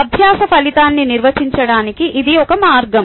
అభ్యాస ఫలితాన్ని నిర్వచించడానికి ఇది ఒక మార్గం